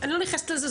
אני לא נכנסת לזה,